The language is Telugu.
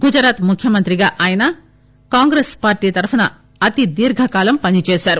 గుజరాత్ ముఖ్యమంత్రిగా ఆయన కాంగ్రెస్ పార్టీ తరఫున అతి దీర్ఘకాలం పని చేశారు